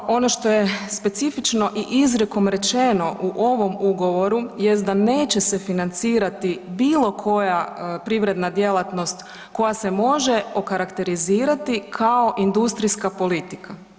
Da, samo ono što je specifično i izrijekom rečeno u ovom ugovoru jest da neće se financirati bilo koja privredna djelatnost koja se može okarakterizirati kao industrijska politika.